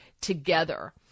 together